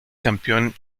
campeón